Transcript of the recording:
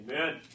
Amen